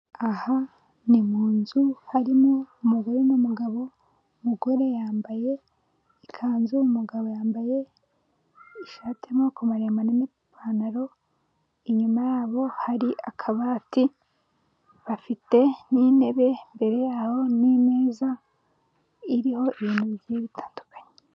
Aha ni mu nzu, harimo umugore n'umugabo umugore yambaye ikanzu, umugabo yambaye ishati y'amaboko maremare n'ipantaro, inyuma yabo hari akabati, bafite n'intebe imbere yabo n'imeza iriho ibintu bigiye bitandukanye.